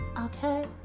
Okay